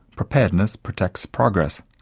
preparedness protects progress.